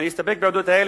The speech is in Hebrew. אני אסתפק בדברים האלה,